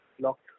locked